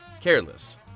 Careless